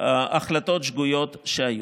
החלטות שגויות שהיו.